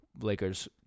Lakers